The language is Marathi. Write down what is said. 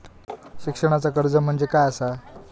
शिक्षणाचा कर्ज म्हणजे काय असा?